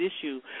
issue